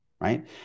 right